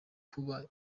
kuba